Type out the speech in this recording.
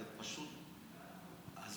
זה פשוט הזוי.